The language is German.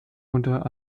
unter